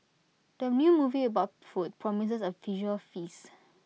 the new movie about food promises A visual feast